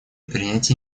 принятии